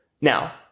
Now